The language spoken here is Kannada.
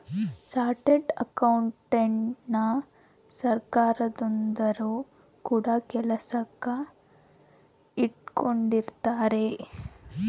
ಚಾರ್ಟರ್ಡ್ ಅಕೌಂಟೆಂಟನ ಸರ್ಕಾರದೊರು ಕೂಡ ಕೆಲಸಕ್ ಇಟ್ಕೊಂಡಿರುತ್ತಾರೆ